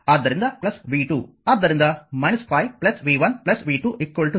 ಆದ್ದರಿಂದ v2 ಆದ್ದರಿಂದ 5 v1 v 2 0